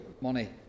money